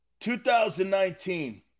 2019